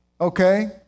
Okay